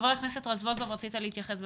חבר הכנסת רזבוזוב, רצית להתייחס,